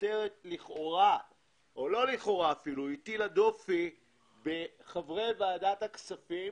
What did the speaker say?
הכותרת הטילה דופי בחברי ועדת הכספים.